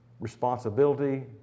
responsibility